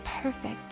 perfect